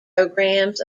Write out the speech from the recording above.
programs